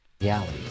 Reality